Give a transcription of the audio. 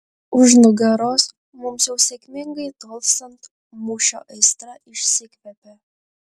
už nugaros mums jau sėkmingai tolstant mūšio aistra išsikvepia